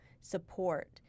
support